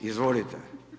Izvolite.